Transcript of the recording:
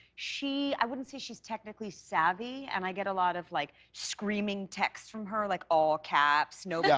she, i wouldn't say she is techically savey. and i get a lot of like screaming texts from her like all caps, no yeah